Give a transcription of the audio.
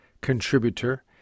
contributor